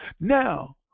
Now